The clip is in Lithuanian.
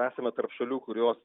esame tarp šalių kurios